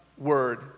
word